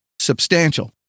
substantial